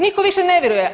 Nitko više ne vjeruje.